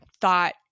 thought